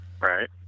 Right